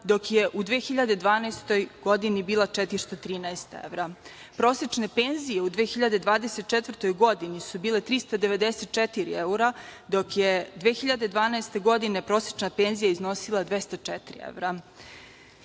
dok je u 2012. godini bila 413 evra. Prosečne penzije u 2024. godini su bile 394 evra, dok je 2012. godine prosečna penzija iznosila 204 evra. Pred